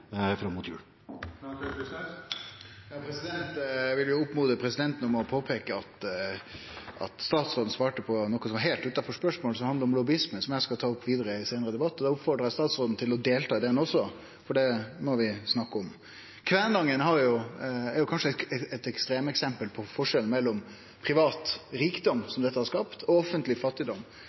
fram mot jul. Eg vil oppmode presidenten om å påpeike at statsråden svarte på noko som var heilt utanfor spørsmålet, som handlar om lobbyisme, som eg skal ta opp vidare i ein seinare debatt. Eg oppfordrar statsråden til å delta i den også, for det må vi snakke om. Kvænangen er kanskje eit ekstremeksempel på forskjellen mellom den private rikdomen som dette har skapt, og offentleg fattigdom.